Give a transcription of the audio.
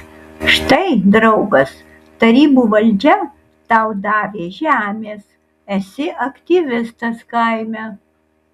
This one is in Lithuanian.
štai draugas tarybų valdžia tau davė žemės esi aktyvistas kaime